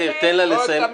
לא את המשפחות.